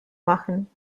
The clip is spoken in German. machen